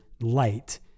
light